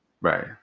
Right